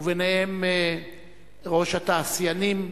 וביניהם ראש התעשיינים,